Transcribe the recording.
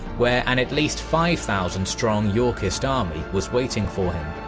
where an at least five thousand strong yorkist army was waiting for him.